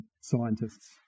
scientists